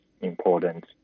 important